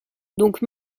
donc